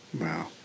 wow